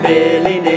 Billy